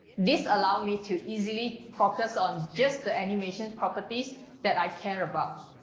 this allow me to easily focus on just the animation properties that i care about.